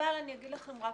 אבל אני אגיד לכם רק